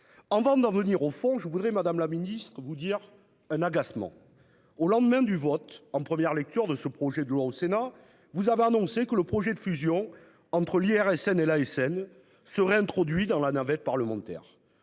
forme d'en venir au fond je voudrais Madame la Ministre vous dire un agacement. Au lendemain du vote en première lecture de ce projet de loi au Sénat. Vous avez annoncé que le projet de fusion entre l'IRSN et l'ASN seraient introduits dans la navette parlementaire.